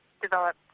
develop